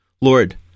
Lord